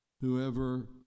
Whoever